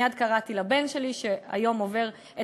מייד קראתי לבן שלי שהיום עובר את